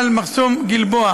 זה יותר טוב?